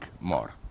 more